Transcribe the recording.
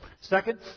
Second